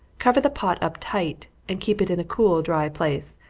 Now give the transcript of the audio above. cover the pot up tight, and keep it in a cool, dry place.